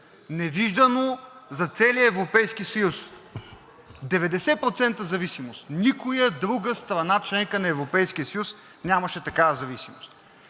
невиждано за целия Европейски съюз. Никоя друга страна – членка на Европейския съюз, нямаше такава зависимост.